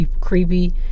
creepy